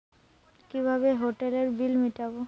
কিভাবে হোটেলের বিল মিটাব?